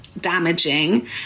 damaging